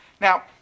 Now